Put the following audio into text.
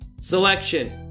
Selection